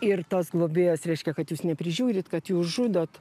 ir tos globėjos reiškia kad jūs neprižiūrit kad jūs žudot